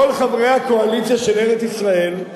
הקואליציה של ארץ-ישראל,